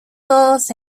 todos